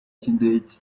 cy’indege